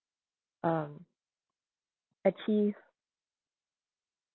um achieve